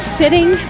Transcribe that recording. sitting